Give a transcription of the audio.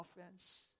offense